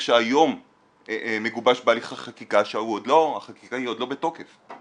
שהיום מגובש בהליך החקיקה שהחקיקה היא עוד לא בתוקף.